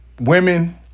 women